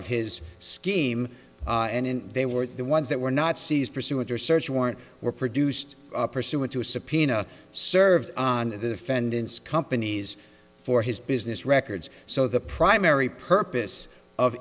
of his scheme and they were the ones that were nazis pursuing their search warrant were produced pursuant to a subpoena served on the defendant's companies for his business records so the primary purpose of